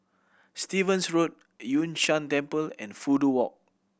Stevens Road Yun Shan Temple and Fudu Walk